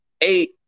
eight